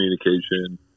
communication